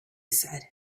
said